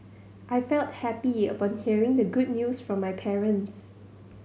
I felt happy upon hearing the good news from my parents